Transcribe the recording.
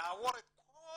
לעבור את כל